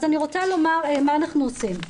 אז אני רוצה לומר מה אנחנו עושים.